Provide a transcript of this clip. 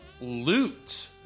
Loot